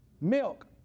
Milk